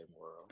world